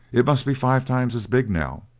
it must be five times as big, now,